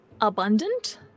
abundant